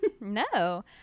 No